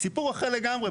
זה סיפור אחר לגמרי.